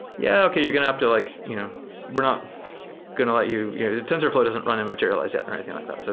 yeah okay. you're going to have to like you know we're not going to let you tensorflow doesn't run in materialize yet or anything like that. so